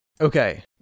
Okay